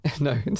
No